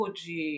de